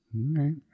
right